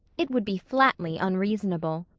it would be flatly unreasonable.